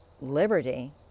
liberty